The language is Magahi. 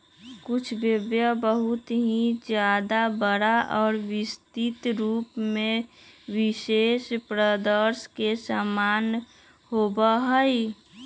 कुछ व्यय बहुत ही ज्यादा बड़ा और विस्तृत रूप में निवेश प्रदर्शन के समान होबा हई